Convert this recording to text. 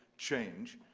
change,